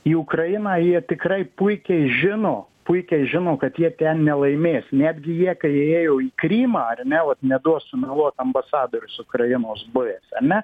į ukrainą jie tikrai puikiai žino puikiai žino kad jie ten nelaimės netgi jie kai įėjo į krymą ar ne vat neduos sumeluot ambasadorius ukrainos buvęs ar ne